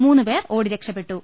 മൂന്നുപേർ ഓടിരക്ഷപ്പെട്ടു